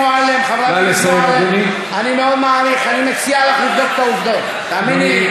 חברת הכנסת מועלם, אני קורא אותך לסדר פעם ראשונה.